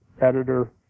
editor